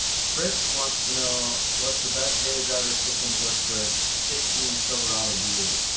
fritz wants to know, what's the best daily driver six-inch lift for a sixteen silverado dooley?